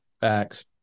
Facts